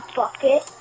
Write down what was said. bucket